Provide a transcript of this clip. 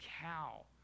cow